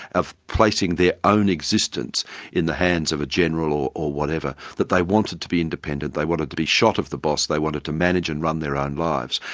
of placing their own existence in the hands of a general or whatever, that they wanted to be independent, they wanted to be shot of the boss, they wanted to manage and run their own lives.